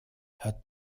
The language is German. hat